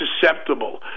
susceptible